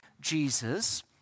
Jesus